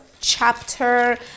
chapter